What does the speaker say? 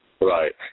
Right